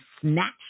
snatch